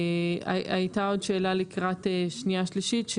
הייתה עוד שאלה לקראת ההכנה לקריאה השנייה והשלישית.